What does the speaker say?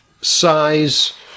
size